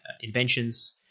inventions